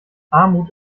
armut